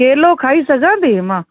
केलो खाई सघां थी मां